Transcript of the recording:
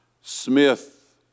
Smith